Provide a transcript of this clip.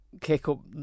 kick-up